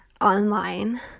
online